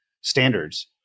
standards